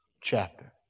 chapter